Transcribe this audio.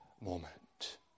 moment